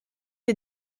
est